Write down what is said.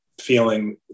feeling